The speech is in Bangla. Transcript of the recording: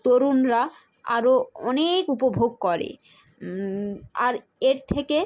তরুণরা আরো অনেক উপভোগ করে আর এর থেকে